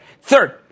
Third